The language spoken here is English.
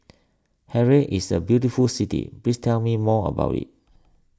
Harare is a very beautiful city please tell me more about it